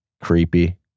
Creepy